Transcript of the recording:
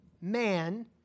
man